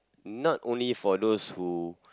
not only for those who